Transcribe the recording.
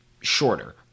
shorter